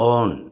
on